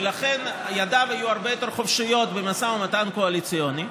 ולכן ידיו היו הרבה יותר חופשיות במשא-ומתן קואליציוני,